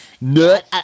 nut